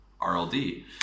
RLD